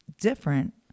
different